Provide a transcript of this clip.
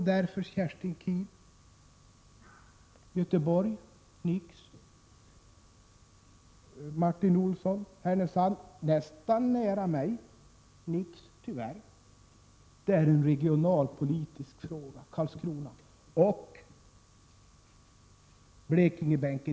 Därför säger vi nix till Göteborg, Kerstin Keen, och tyvärr nix till Härnösand, som ligger nära min hemort, Martin Olsson.